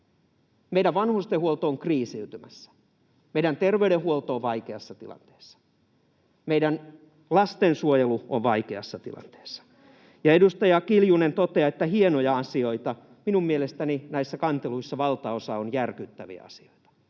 Meidän vanhustenhuolto on kriisiytymässä. Meidän terveydenhuolto on vaikeassa tilanteessa. Meidän lastensuojelu on vaikeassa tilanteessa. Ja edustaja Kiljunen toteaa, että hienoja asioita. Minun mielestäni näissä kanteluissa valtaosa on järkyttäviä asioita,